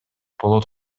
болот